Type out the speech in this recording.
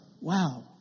Wow